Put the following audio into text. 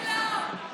לציבור הישראלי.